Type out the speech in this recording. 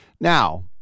Now